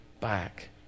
back